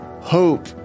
hope